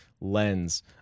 Lens